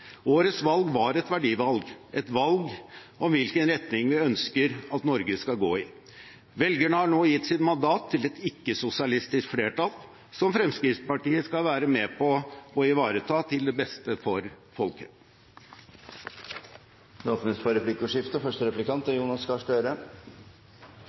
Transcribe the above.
Årets valg var et verdivalg – et valg om hvilken retning vi ønsker at Norge skal gå i. Velgerne har nå gitt sitt mandat til et ikke-sosialistisk flertall, som Fremskrittspartiet skal være med på å ivareta til det beste for folket. Det blir replikkordskifte.